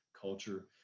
culture